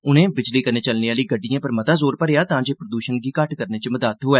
उनें बिजली कन्नै चलने आली गड्डियें पर मता जोर भरेया तां जे प्रद्षण गी घट्ट करने च मदद थ्होए